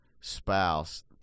spouse